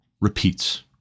repeats